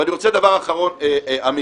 ואני רוצה דבר אחרון, אמיר.